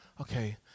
okay